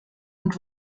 und